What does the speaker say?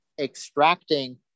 extracting